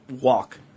walk